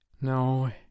No